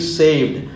saved